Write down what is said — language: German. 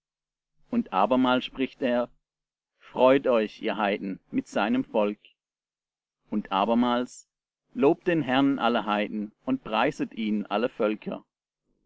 und abermals spricht er freut euch ihr heiden mit seinem volk und abermals lobt den herrn alle heiden und preiset ihn alle völker